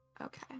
Okay